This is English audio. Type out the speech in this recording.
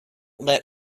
let